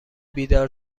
بیدار